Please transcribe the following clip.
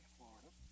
Florida